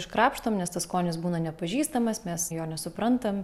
iškrapštom nes tas skonis būna nepažįstamas mes jo nesuprantam